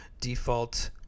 default